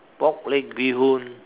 pork leg bee-hoon